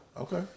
Okay